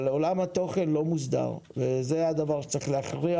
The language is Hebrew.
אבל עולם התוכן לא מוסדר וזה הדבר שצריך להכריע